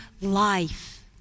life